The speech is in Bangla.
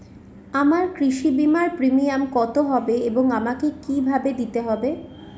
আমার কৃষি বিমার প্রিমিয়াম কত হবে এবং আমাকে কি ভাবে দিতে হবে?